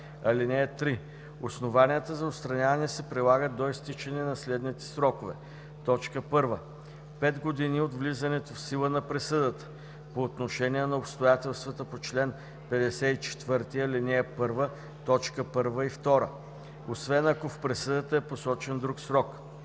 (3) Основанията за отстраняване се прилагат до изтичане на следните срокове: 1. 5 години от влизането в сила на присъдата – по отношение на обстоятелства по чл. 54, ал. 1, т. 1 и 2, освен ако в присъдата е посочен друг срок;